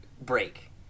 break